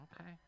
Okay